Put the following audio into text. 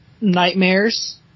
Nightmares